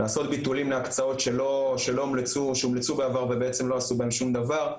לעשות ביטולים מול הקצאות שלא הומלצו ובעצם לא עשו בהם שום דבר,